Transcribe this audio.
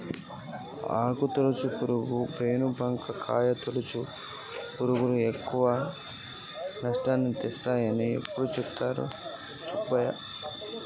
ఆకు తొలుచు పురుగు, పేను బంక, కాయ తొలుచు పురుగులు ఎక్కువ నష్టాన్ని తెస్తాయని ఎప్పుడు చెపుతాడు సుబ్బయ్య